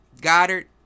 Goddard